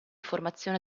formazione